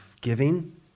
giving